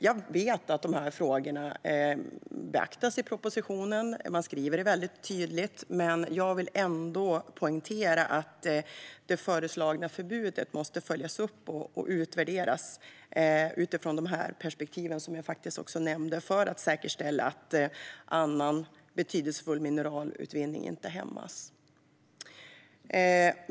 Jag vet att dessa frågor beaktas i propositionen - man skriver det väldigt tydligt - men jag vill ändå poängtera att det föreslagna förbudet måste följas upp och utvärderas utifrån de perspektiv som jag nämnde för att säkerställa att annan betydelsefull mineralutvinning inte hämmas.